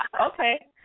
Okay